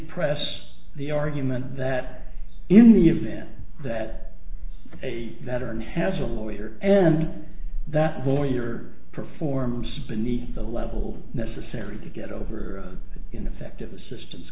press the argument that in the event that a veteran has a lawyer and that lawyer performs beneath the level necessary to get over ineffective assistance